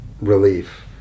relief